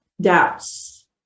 doubts